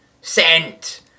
Sent